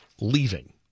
leaving